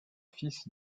fils